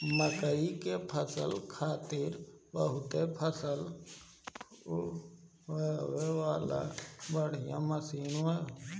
मकई के फसल खातिर बहुते फसल सुखावे वाला बढ़िया मशीन बा